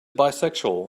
bisexual